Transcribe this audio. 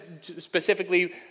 specifically